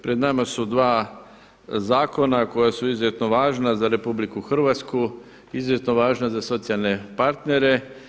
Pred nama su dva zakona koja su izuzetno važna za RH, izuzetno važna za socijalne partnere.